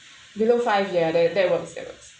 below five ya that's work that's work